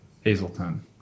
Hazleton